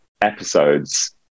episodes